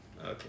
okay